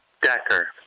Decker